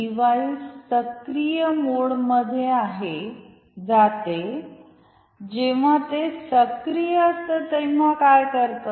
त्यानंतर डिव्हाइस सक्रिय मोडमध्ये आहे जाते जेव्हा ते सक्रिय असते तेव्हा काय करते